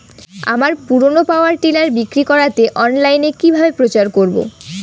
আমার পুরনো power tiller বিক্রি করাতে অনলাইনে কিভাবে প্রচার করব?